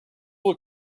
will